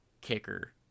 kicker